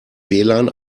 wlan